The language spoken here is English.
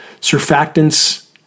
Surfactants